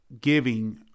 giving